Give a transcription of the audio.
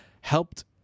helped